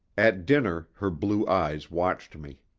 at dinner her blue eyes watched me.